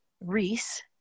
Reese